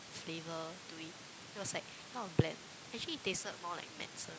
flavor to it it was like kind of bland actually it tasted more like medicine